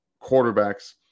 quarterbacks